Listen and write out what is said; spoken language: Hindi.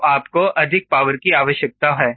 तो आपको अधिक पावर की आवश्यकता है